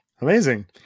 Amazing